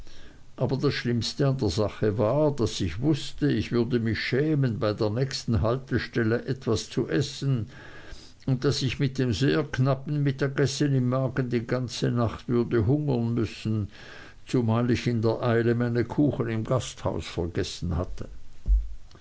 aber das schlimmste an der sache war daß ich wußte ich würde mich schämen bei der nächsten haltestelle etwas zu essen und daß ich mit dem sehr knappen mittagessen im magen die ganze nacht würde hungern müssen zumal ich in der eile meine kuchen im gasthof vergessen hatte